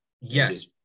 Yes